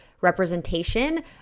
representation